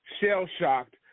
shell-shocked